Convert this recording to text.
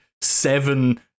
seven